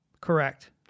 Correct